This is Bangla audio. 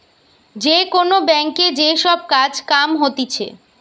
যে কোন ব্যাংকে যে সব কাজ কাম হতিছে